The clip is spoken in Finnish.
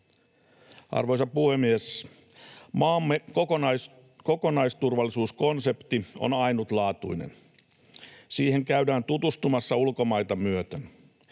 Arvoisa puhemies! Maamme kokonaisturvallisuuskonsepti on ainutlaatuinen. Siihen käydään tutustumassa ulkomaita myöten.